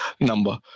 number